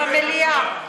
אז במליאה.